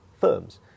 firms